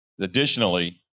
Additionally